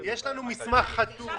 היה צריך להביא את הפתרון.